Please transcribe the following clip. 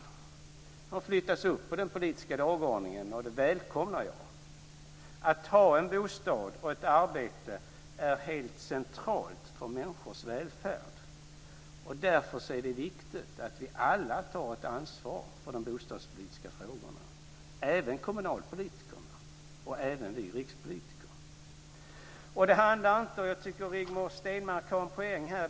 Den har flyttats upp på den politiska dagordningen och det välkomnar jag. Att ha en bostad och ett arbete är helt centralt för människors välfärd. Därför är det viktigt att vi alla tar ett ansvar för de bostadspolitiska frågorna. Det gäller även kommunalpolitikerna och vi rikspolitiker. Det finns en poäng i vad Rigmor Stenmark sade.